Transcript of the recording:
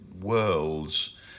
worlds